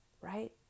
right